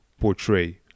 portray